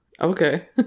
okay